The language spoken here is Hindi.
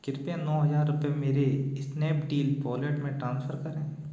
कृपया नौ हज़ार रुपये मेरे स्नैपडील वॉलेट में ट्रांसफ़र करें